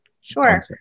Sure